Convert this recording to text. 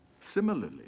Similarly